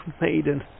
maiden